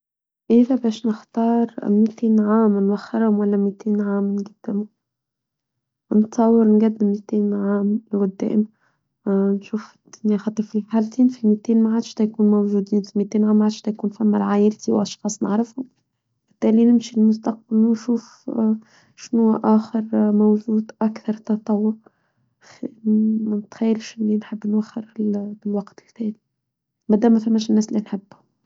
إذا باش نختار مئتين عام نوخرهم ولا مئتين عام نجدهم نتطور نجد مئتين عام لقدام نشوف الدنيا خاطر في الحالتين فيمئتين ما عادش تيكون موجودين في مئتين عام ما عادش تيكون في عائلتي وأشخاص نعرفهم بالتالي نمشي للمستقبل نشوف شنو آخر موجود أكثر تطور نتخيل شنين حاب نوخره بالوقت التالي بدل ما فماش الناس اللي نحب.